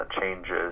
changes